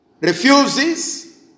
refuses